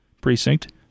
precinct